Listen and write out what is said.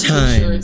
time